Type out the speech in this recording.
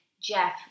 Jeff